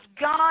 God